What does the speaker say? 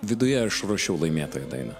viduje aš ruošiau laimėtojo dainą